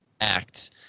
act